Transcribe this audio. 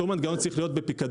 אותו מנגנון צריך להיות בפיקדון.